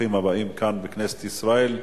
ברוכים הבאים לכאן, לכנסת ישראל.